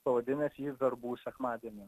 pavadinęs jį verbų sekmadieniu